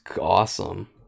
awesome